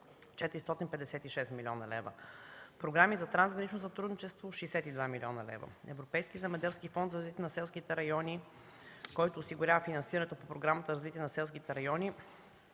456 млн. лв.; програми за трансгранично сътрудничество – 62 млн. лв.; Европейски земеделски фонд за развитие на селските райони, който осигурява финансирането по Програмата за развитие на селските райони